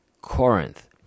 Corinth